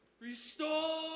Restore